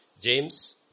James